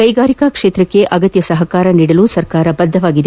ಕೈಗಾರಿಕಾ ಕ್ಷೇತಕ್ಷ ಅಗತ್ಯ ಸಹಕಾರ ನೀಡಲು ಸರ್ಕಾರ ಬದ್ದವಾಗಿದೆ